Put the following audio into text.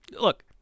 Look